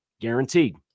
guaranteed